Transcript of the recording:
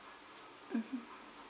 mmhmm